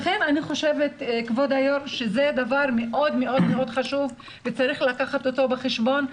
לכן אני חושבת שזה דבר מאוד חשוב וצריך לקחת אותו בחשבון.